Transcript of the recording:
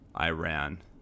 Iran